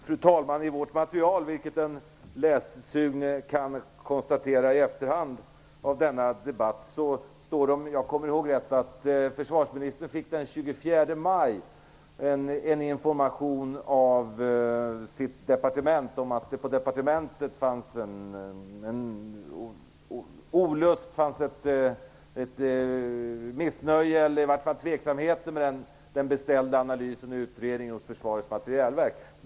Fru talman! I vårt material står det, om jag minns rätt, att försvarsministern den 24 maj fick information av sitt departement om att det på departementet fanns ett missnöje med, eller i varje fall att man var tveksam till, den beställda analysen och utredningen hos Försvarets materielverk.